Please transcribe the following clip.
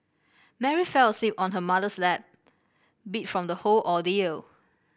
Mary fell asleep on her mother's lap beat from the whole ordeal